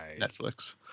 Netflix